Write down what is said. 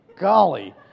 golly